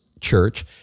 church